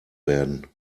werden